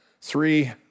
three